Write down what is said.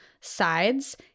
sides